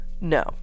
No